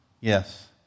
Yes